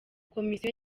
komisiyo